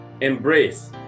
Embrace